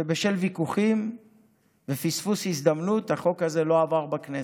ובשל ויכוחים ופספוס הזדמנות החוק הזה לא עבר בכנסת.